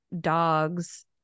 dogs